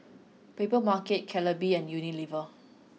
Papermarket Calbee and Unilever